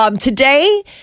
Today